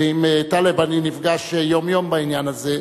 ועם טלב אני נפגש יום יום בעניין הזה,